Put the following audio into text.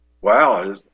wow